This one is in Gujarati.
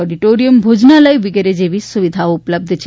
ઓડીટોરીયમ ભોજનાલય વિગેરે જેવી સુવિધાઓ ઉપલબ્ધ છે